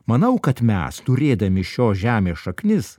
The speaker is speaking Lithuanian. manau kad mes turėdami šios žemės šaknis